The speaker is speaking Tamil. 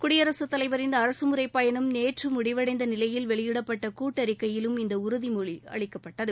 குடியரசு தலைவரின் அரசுமுறை பயணம் நேற்று முடிவனடந்த நிலையில் வெளியிடப்பட்ட கூட்டறிக்கையிலும் இந்த உறுதிமொழி அளிக்கப்பட்டது